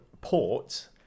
port